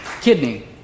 Kidney